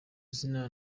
izina